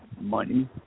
money